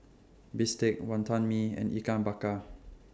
Bistake Wonton Mee and Ikan Bakar